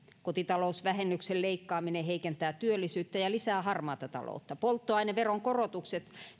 kotitalousvähennyksen leikkaaminen heikentää työllisyyttä ja lisää harmaata taloutta polttoaineveron korotukset